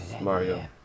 Mario